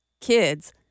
kids